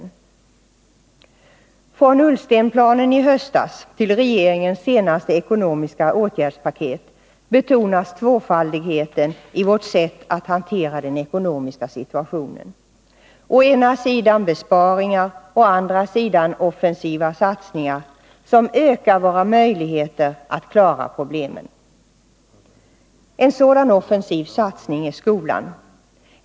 I allt från Ullstenplanen i höstas till regeringens senaste ekonomiska åtgärdspaket betonas tvåfaldigheten i vårt sätt att hantera den ekonomiska situationen. Å ena sidan besparingar — å andra sidan offensiva satsningar, som ökar våra möjligheter att klara problemen. En sådan offensiv satsning är skolan.